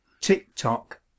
tick-tock